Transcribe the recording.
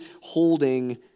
holding